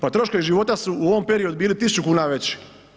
Pa troškovi života su u ovom periodu bili 1.000 kuna veći.